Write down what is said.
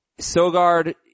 Sogard